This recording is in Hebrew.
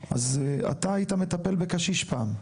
אז אתה היית מטפל בקשיש פעם.